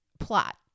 plot